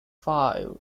five